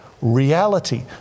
reality